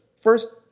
first